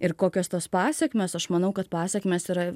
ir kokios tos pasekmės aš manau kad pasekmės yra